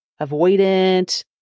avoidant